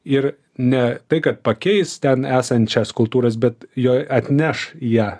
ir ne tai kad pakeis ten esančias kultūras bet joj atneš ją